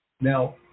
now